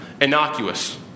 Innocuous